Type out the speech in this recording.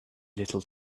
little